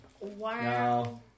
Wow